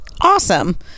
Awesome